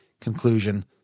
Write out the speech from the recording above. conclusion